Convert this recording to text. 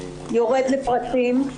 יורד לפרטים.